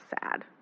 sad